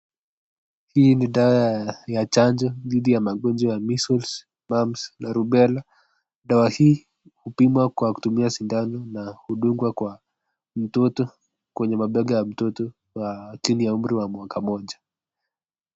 Hii ni dawa ya chanjo dhidi ya magonjwa ya measles, mumps na rubela . Dawa hii hupimwa kwa kutumia sindano na hudungwa kwenye mabega ya mtoto wa chini ya umri wa mwaka moja.